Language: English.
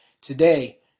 Today